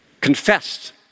Confessed